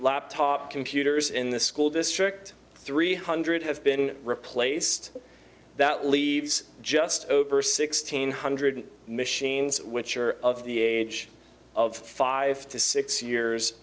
laptop computers in the school district three hundred have been replaced that leaves just over sixteen hundred machines which are of the age of five to six years